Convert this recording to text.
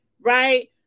right